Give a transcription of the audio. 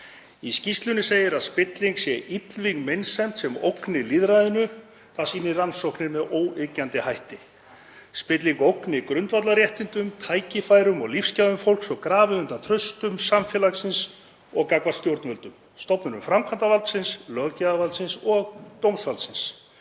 Í skýrslunni segir að spilling sé illvíg meinsemd sem ógni lýðræðinu. Það sýni rannsóknir með óyggjandi hætti. Spilling ógni grundvallarréttindum, tækifærum og lífsgæðum fólks og grafi undan trausti í samfélaginu og gagnvart stjórnvöldum, stofnunum framkvæmdarvaldsins, löggjafarvaldsins og dómsvaldsins.